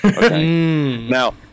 Now